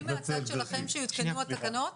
אתם לוחצים מהצד שלכם שיותקנו התקנות?